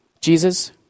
Jesus